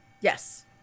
Yes